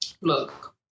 Look